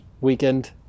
weekend